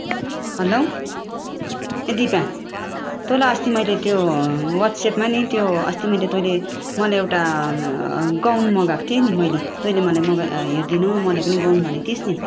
hello ए दिपा तँलाई अस्ति मैले त्यो व्हाट्सएप्पमा नि त्यो अस्ति मैले तैँले मलाई एउटा गाउन मगाएको थिएँ नि मैले तैँले मलाई मगाइ हेरिदिनु मलाई पनि गाउन भनेको थिइस नि